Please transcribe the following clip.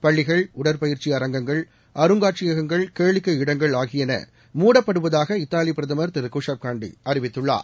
பள்ளிகள் உடற்பயிற்சி அரங்கங்கள் அருங்காட்சியகங்கள் கேளிக்கை இடங்கள் ஆகியன மூடப்படுவதாக இத்தாலி பிரதமர் திரு குஷப் கான்டி அறிவித்துள்ளார்